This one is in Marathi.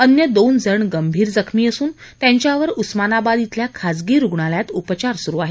अन्य दोन जण गंभीर जखमी असून त्यांच्यावर उस्मानाबाद इथल्या खासगी रुणालयात उपचार सुरु आहेत